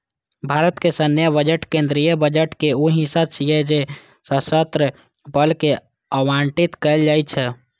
भारतक सैन्य बजट केंद्रीय बजट के ऊ हिस्सा छियै जे सशस्त्र बल कें आवंटित कैल जाइ छै